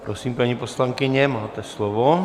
Prosím, paní poslankyně, máte slovo.